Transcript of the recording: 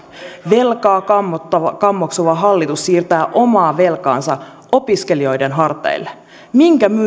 velkaa kammoksuva kammoksuva hallitus siirtää omaa velkaansa opiskelijoiden harteille minkä